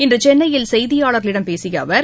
இன்று சென்னையில் செய்தியாளர்களிடம் பேசிய அவர்